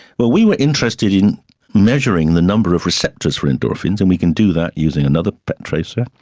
but we were interested in measuring the number of receptors for endorphins, and we can do that using another tracer.